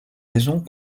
raison